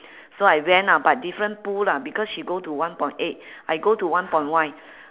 so I went ah but different pool lah because she go to one point eight I go to one point one